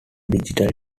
digital